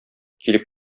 килеп